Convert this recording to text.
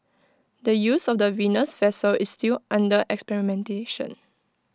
the use of the Venus vessel is still under experimentation